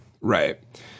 Right